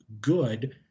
good